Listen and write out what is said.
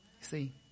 See